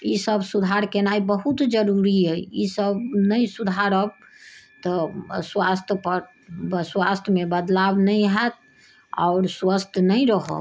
ई सभ सुधार केनाइ बहुत जरूरी अछि ई सभ नहि सुधारब तऽ स्वास्थ्य पर स्वास्थ्यमे बदलाव नहि हैत आओर स्वस्थ नै रहब